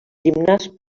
gimnàs